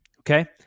Okay